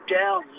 down